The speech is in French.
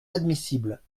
admissible